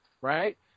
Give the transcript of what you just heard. right